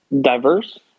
diverse